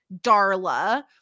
Darla